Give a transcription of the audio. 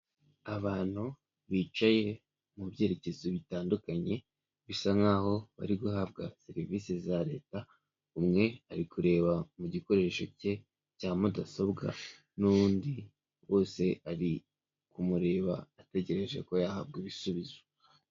Abantu bicaye mu byerekezo bitandukanye bisa nkaho bari guhabwa serivisi za leta umwe ari kureba mu gikoresho cye cya mudasobwa n'undi wese ari kumureba ategereje ko yahabwa ibisubizo.